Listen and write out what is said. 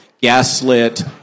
gaslit